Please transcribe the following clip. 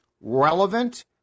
relevant